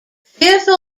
fearful